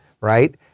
right